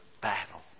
battle